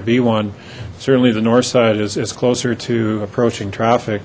to be one certainly the north side is closer to approaching traffic